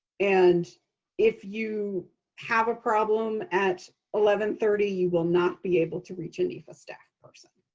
and if you have a problem at eleven thirty, you will not be able to reach a nefa staff person.